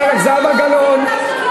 זהבה גלאון.